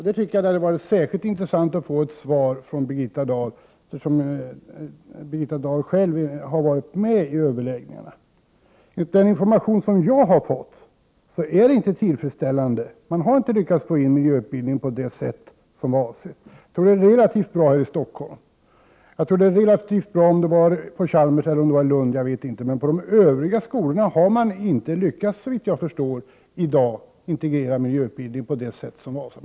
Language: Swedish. Det hade varit särskilt intressant att få svar på den frågan, eftersom Birgitta Dahl har deltagit i överläggningarna i denna fråga. Enligt den information som jag har fått är situationen inte tillfredsställande, man har inte lyckats föra in miljöutbildningen på det sätt som var avsikten. Situationen är nog relativt bra i Stockholm. Jag tror att situationen också är ganska bra på Chalmers eller om det var i Lund, men på de övriga skolorna har man såvitt jag förstår inte lyckats integrera miljöutbildningen på det sätt som var avsikten.